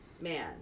man